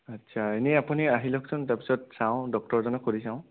আচ্ছা এনেই আপুনি আহি লওঁকছোন তাৰপিছত চাওঁ ডক্টৰজনক সুুধি চাওঁ